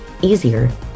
easier